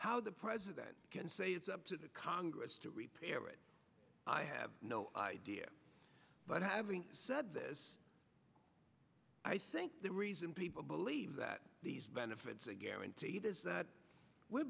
how the president can say it's up to the congress to repair it i have no idea but having said this i think the reason people believe that these benefits guaranteed is that we